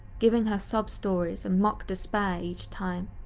giving her sob stories and mock despair each time.